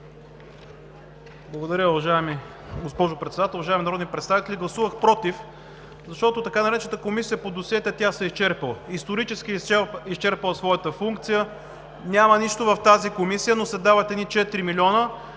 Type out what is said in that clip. Благодаря, Уважаема госпожо Председател. Уважаеми народни представители, гласувах „против“, защото така наречената Комисия по досиетата се е изчерпила, исторически е изчерпила своята функция, няма нищо в тази комисия, но се дават едни 4 млн.